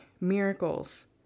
miracles